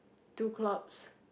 two clubs